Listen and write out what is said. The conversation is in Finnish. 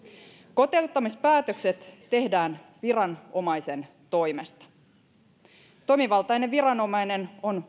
kotiuttamispäätökset tehdään viranomaisen toimesta toimivaltainen viranomainen on